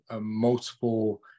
multiple